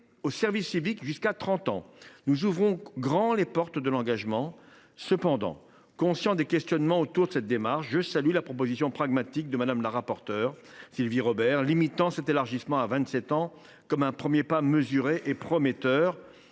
au service civique jusqu’à 30 ans, nous ouvrons grand les portes de l’engagement. Cependant, étant conscient des questionnements autour d’une telle démarche, je salue la proposition pragmatique de Mme la rapporteure Sylvie Robert, qui limite cet élargissement à 27 ans, comme un premier pas mesuré et prometteur.